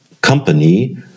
company